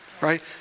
right